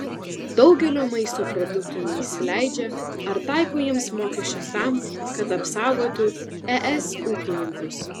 daugelio maisto produktų neįsileidžia ar taiko jiems mokesčius tam kad apsaugotų es ūkininkus